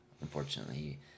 Unfortunately